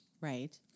Right